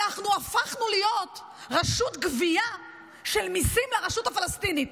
אנחנו הפכנו להיות רשות גבייה של מיסים מהרשות הפלסטינית,